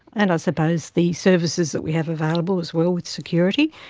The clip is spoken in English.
and i suppose the services that we have available as well with security,